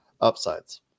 upsides